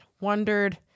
wondered